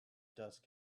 dust